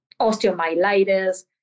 osteomyelitis